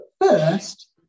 First